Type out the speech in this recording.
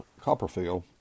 Copperfield